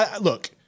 look